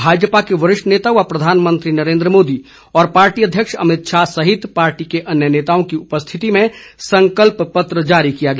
भाजपा के वरिष्ठ नेता व प्रधानमंत्री नरेन्द्र मोदी और पार्टी अध्यक्ष अमित शाह सहित पार्टी के अन्य नेताओं की उपस्थिति में संकल्प पत्र जारी किया गया